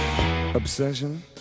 obsession